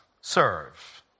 serve